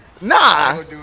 Nah